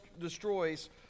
destroys